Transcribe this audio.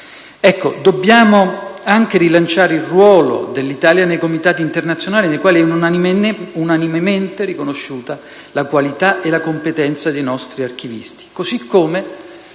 Dobbiamo inoltre rilanciare il ruolo dell'Italia nei comitati internazionali, nei quali è unanimemente riconosciuta la qualità e la competenza dei nostri archivisti.